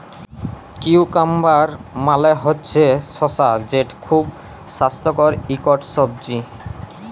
cucumber মালে হছে শসা যেট খুব স্বাস্থ্যকর ইকট সবজি